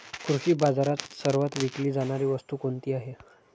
कृषी बाजारात सर्वात विकली जाणारी वस्तू कोणती आहे?